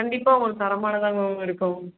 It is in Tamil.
கண்டிப்பாக உங்களுக்கு தரமானதாக தான் மேம் இருக்கும்